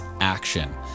action